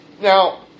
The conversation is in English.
Now